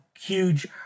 huge